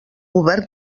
govern